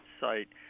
site